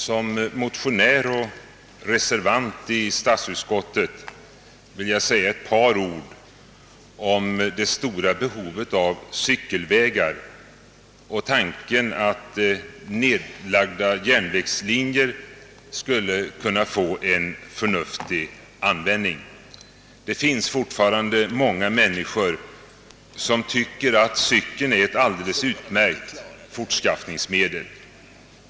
Som motionär och reservant i statsutskottet vill jag säga ett par ord om det stora behovet av cykelvägar och tanken att nedlagda järnvägslinjer skulle kunna få en förnuftig användning. Det finns fortfarande många människor som tycker att cykeln är ett alldeles utmärkt fortskaffningsmedel.